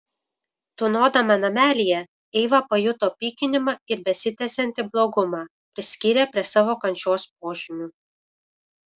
tūnodama namelyje eiva pajuto pykinimą ir besitęsiantį blogumą priskyrė prie savo kančios požymių